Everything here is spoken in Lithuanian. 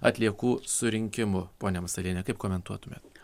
atliekų surinkimu ponia masaliene kaip komentuotumėt